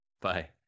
Bye